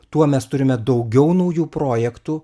tuo mes turime daugiau naujų projektų